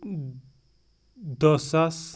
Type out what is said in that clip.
دہ ساس